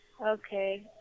Okay